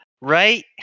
Right